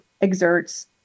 exerts